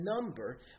number